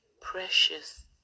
precious